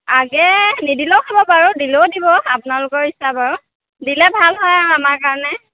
আগে নিদিলেও খাব বাৰু দিলেও দিব আপোনালোকৰ ইচ্ছা বাৰু দিলে ভাল হয় আও আমাৰ কাৰণে